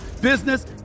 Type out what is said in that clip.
business